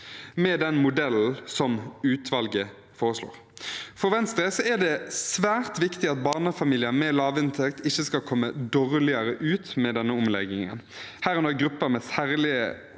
med den modellen utvalget foreslår. For Venstre er det svært viktig at barnefamilier med lav inntekt ikke skal komme dårligere ut med denne omleggingen, herunder grupper med særlige